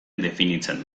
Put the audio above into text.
definitzen